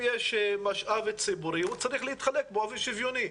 יש משאב ציבורי הוא צריך להתחלק באופן שוויוני,